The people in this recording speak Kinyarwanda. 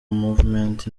movement